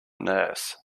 nurse